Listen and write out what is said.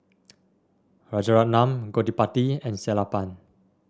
Rajaratnam Gottipati and Sellapan